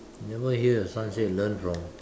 never hear your son say learn from